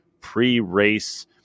pre-race